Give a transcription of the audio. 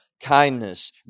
kindness